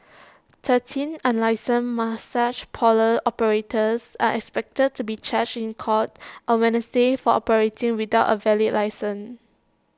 thirteen unlicensed massage parlour operators are expected to be charged in court on Wednesday for operating without A valid licence